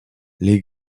les